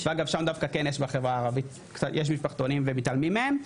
ואגב שם דווקא כן יש בחברה הערבית יש משפחתונים ומתעלמים מהם.